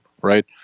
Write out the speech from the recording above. right